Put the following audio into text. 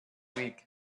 week